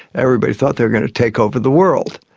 everybody thought they were going to take over the world,